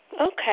Okay